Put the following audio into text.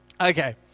Okay